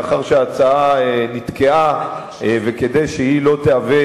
לאחר שההצעה נתקעה וכדי שהיא לא תהווה